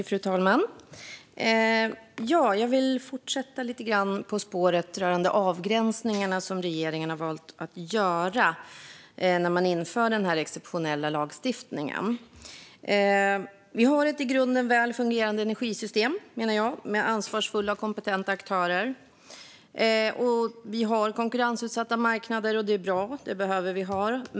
Fru talman! Jag vill fortsätta lite grann på spåret rörande avgränsningarna som regeringen har valt att göra när man inför denna exceptionella lagstiftning. Vi har ett i grunden väl fungerande energisystem, menar jag, med ansvarsfulla och kompetenta aktörer. Vi har konkurrensutsatta marknader, och det är bra. Det behöver vi ha.